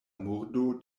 murdo